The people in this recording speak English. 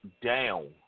down